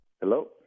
Hello